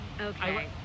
Okay